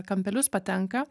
kampelius patenka